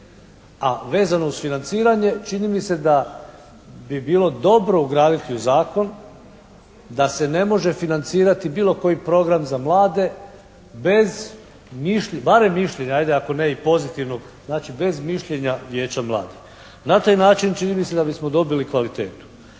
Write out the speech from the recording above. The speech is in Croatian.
A vezano uz financiranje čini mi se da bi bilo dobro ugraditi u zakon da se ne može financirati bilo koji program za mlade bez barem mišljenja ajde ako ne i pozitivnog, znači bez mišljenja vijeća mladih. Na taj način čini mi se da bismo dobili kvalitetu.